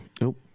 Nope